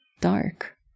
dark